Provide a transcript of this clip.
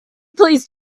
please